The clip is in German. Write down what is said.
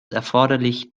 erforderlich